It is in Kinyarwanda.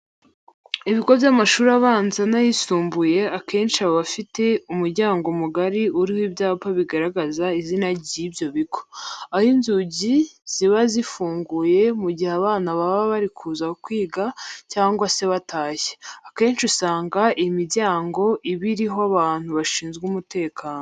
Ibigo by'amashuri abanza n'ayisumbuye akenshi aba afite umuryango mugari uriho ibyapa bigaragaza izina ry'ibyo bigo, aho inzugi ziba zifunguye mu gihe abana baba bari kuza kwiga cyangwa se batashye. Akenshi usanga iyi miryango iba iriho abantu bashinzwe umutekano.